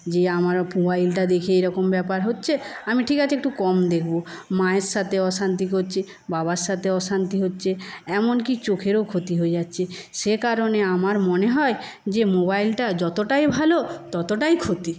যে আমার মোবাইলটা দেখে এইরকম ব্যাপার হচ্ছে আমি ঠিক আছে একটু কম দেখবো মায়ের সাথে অশান্তি করছি বাবার সাথে অশান্তি হচ্ছে এমনকি চোখেরও ক্ষতি হয়ে যাচ্ছে সে কারণে আমার মনে হয় যে মোবাইলটা যতটাই ভালো ততটাই ক্ষতি